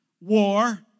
War